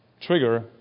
trigger